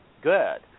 good